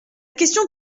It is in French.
question